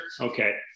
okay